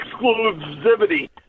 exclusivity